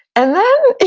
and then,